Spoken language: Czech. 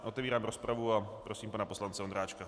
Otevírám rozpravu a prosím pana poslance Ondráčka.